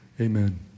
Amen